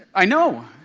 i know.